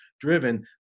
driven